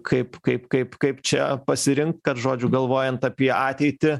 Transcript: kaip kaip kaip kaip čia pasirinkt kad žodžiu galvojant apie ateitį